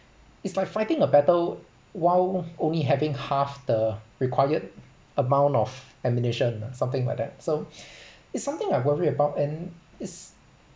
it's like fighting a battle while only having half the required amount of ammunition ah something like that so it's something I worry about and it's